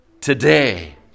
Today